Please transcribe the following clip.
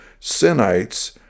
Sinites